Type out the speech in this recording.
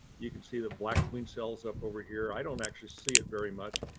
you can see the black queen cells up over here. i don't actually see it very much,